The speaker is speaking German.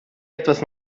etwas